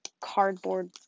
cardboard